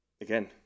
Again